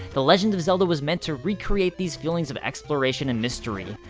the legend of zelda was meant to recreate these feelings of exploration and mystery.